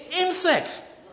insects